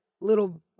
little